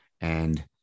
And-